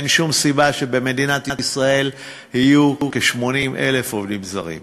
אין שום סיבה שבמדינת ישראל יהיו כ-80,000 עובדים זרים.